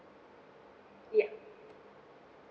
yup